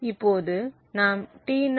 இப்போது நாம் T0